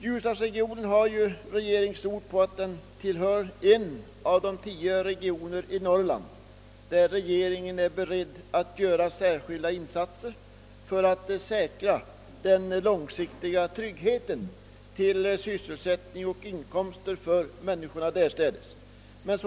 Ljusdalsregionen har regeringens ord på att den är en av de tio regioner i Norrland där regeringen är beredd att göra särskilda insatser för att säkra den långsiktiga tryggheten till sysselsättning och inkomster för människorna därstädes.